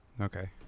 Okay